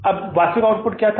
अब वास्तविक आउटपुट क्या है